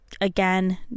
again